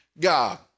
God